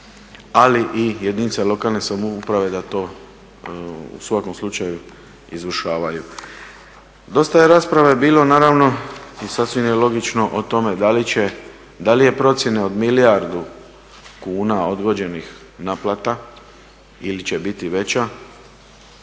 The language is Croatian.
ali i jedinica lokalne samouprave da to u svakom slučaju izvršavaju. Dosta je rasprave bilo naravno i sasvim je logično o tome da li će, da li je procjena od milijardu kuna odgođenih naplata ili će biti veća